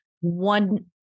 one